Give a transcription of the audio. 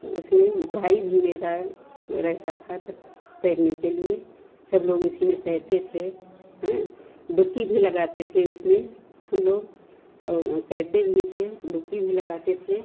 उसमें भाई भी मेरा रहता था तैरने के लिए सब लोग उसी में तैरते थे हँ डुबकी भी लगाते थे उसमें हम लोग और तैरते भी थे डुबकी भी लगाते थे